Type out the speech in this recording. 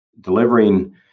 delivering